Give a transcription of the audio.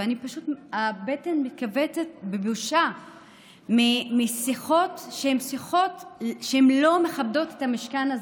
ופשוט הבטן מתכווצת בבושה משיחות שהן שיחות שהן לא מכבדות את המשכן הזה.